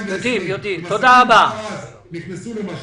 אז נכנסו למשבר.